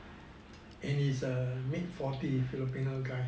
in his err mid forty filipino guy